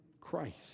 Christ